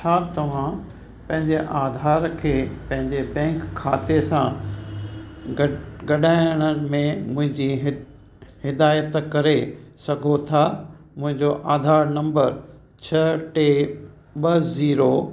छा तव्हां पंहिंजे आधार खे पंहिंजे बैंक खाते सां गड ॻंढाइण में मुंहिंजी हि हिदाइतु करे सघो था मुंहिंजो आधार नंबर छह टे ॿ ज़ीरो